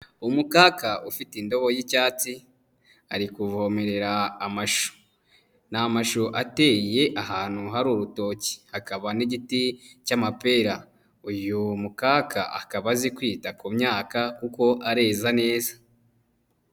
Umukaka ufite indobo y'icyatsi, ari kuvomerera amashu. Ni amashu ateye ahantu hari urutoki, hakaba n'igiti cy'amapera. Uyu mukaka akaba azi kwita ku myaka kuko areza neza.